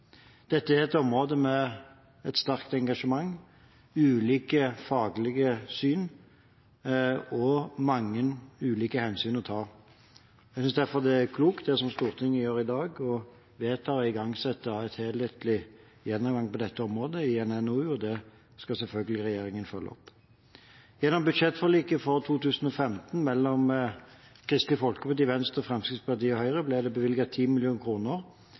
Dette er et område med et sterkt engasjement og ulike faglige syn, der det er mange ulike hensyn å ta. Jeg synes derfor at det Stortinget gjør i dag, er klokt, nemlig å vedta å igangsette en helhetlig gjennomgang av dette området, i en NOU, og det skal selvfølgelig regjeringen følge opp. Gjennom budsjettforliket for 2015, mellom Kristelig Folkeparti, Venstre, Fremskrittspartiet og Høyre, ble det